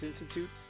Institute